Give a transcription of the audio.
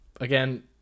again